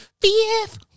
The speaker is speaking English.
Fifth